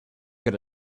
good